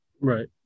Right